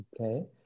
Okay